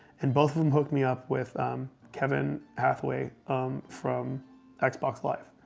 and both of them hooked me up with kevin hathaway from xbox live.